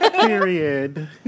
Period